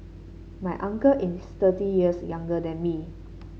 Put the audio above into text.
my uncle is thirty years younger than me